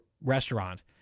restaurant